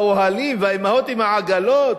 האוהלים והאמהות עם העגלות.